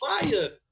fire